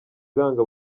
iranga